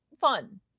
fun